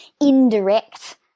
indirect